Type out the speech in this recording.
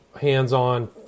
hands-on